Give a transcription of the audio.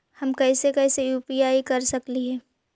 हम कैसे कैसे यु.पी.आई कर सकली हे?